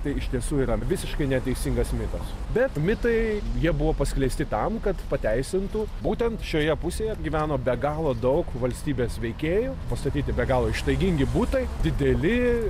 tai iš tiesų yra visiškai neteisingas mitas bet mitai jie buvo paskleisti tam kad pateisintų būtent šioje pusėje gyveno be galo daug valstybės veikėjų pastatyti be galo ištaigingi butai dideli